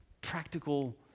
practical